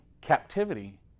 captivity